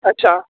अच्छा